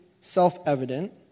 self-evident